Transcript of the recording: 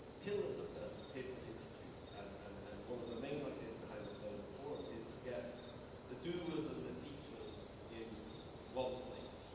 pillars of the pearson institute and and and one of the main ideas behind the global forum is to get the doers and the teachers in one place.